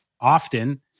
often